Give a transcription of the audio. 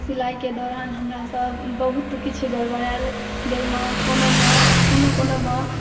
सिलाइ के दौड़ान हमरा सँ बहुत किछु गरबरायल जाहिमे कोनो मे कोनो कोनो मे